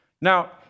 Now